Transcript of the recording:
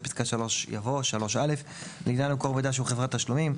אחרי פסקה (3) יבוא: "(3א) לעניין מקור מידע שהוא חברת תשלומים,